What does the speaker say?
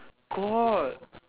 got